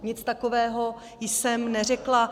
Nic takového jsem neřekla.